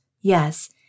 Yes